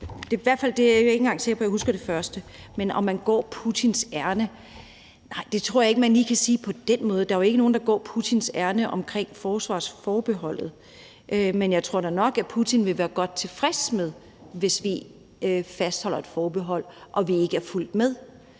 Jeg er ikke engang sikker på, at jeg husker det første. Men om man går Putins ærinde, nej, det tror jeg ikke man lige kan sige på den måde. Der er jo ikke nogen, der går Putins ærinde omkring forsvarsforbeholdet, men jeg tror da nok, at Putin ville være godt tilfreds, hvis vi fastholder et forbehold og ikke er fuldt ud